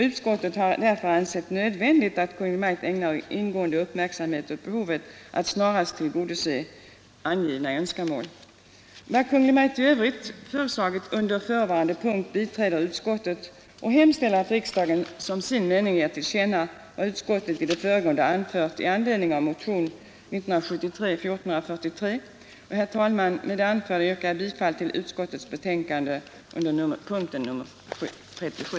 Utskottet anser det därför nödvändigt att Kungl. Maj:t ägnar ingående uppmärksamhet åt behovet att snarast tillgodose angivna ändamål. Herr talman! Med det anförda yrkar jag bifall till utskottets betänkande under punkten 37.